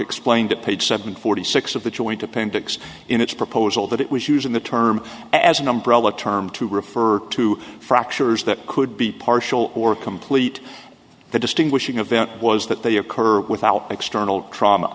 explained to page seven forty six of the joint appendix in its proposal that it was using the term as an umbrella term to refer to fractures that could be partial or complete the distinguishing of it was that they occur without external trauma